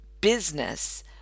business